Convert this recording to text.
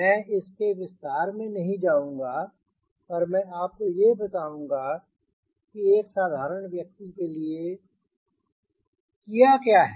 मैं इसके विस्तार में नहीं जाऊँगा पर मैं आपको यह बताऊँगा कि एक साधारण व्यक्ति के लिए किया क्या है